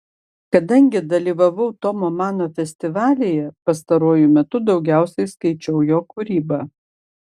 kadangi dalyvavau tomo mano festivalyje pastaruoju metu daugiausiai skaičiau jo kūrybą